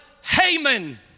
Haman